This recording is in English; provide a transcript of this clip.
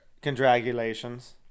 Congratulations